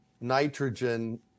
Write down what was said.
nitrogen